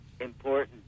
important